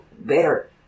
better